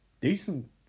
decent